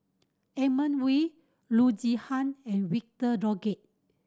Edmund Wee Loo Zihan and Victor Doggett